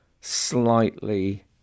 slightly